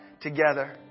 together